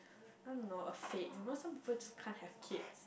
I don't know a fate you know some people just can't have kids